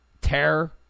terror